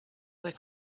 where